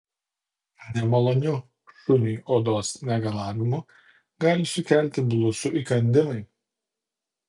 nemalonių šuniui odos negalavimų gali sukelti blusų įkandimai